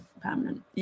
permanent